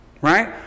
Right